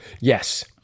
Yes